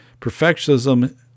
perfectionism